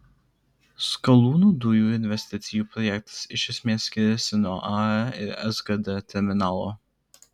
skalūnų dujų investicijų projektas iš esmės skiriasi nuo ae ir sgd terminalo